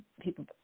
people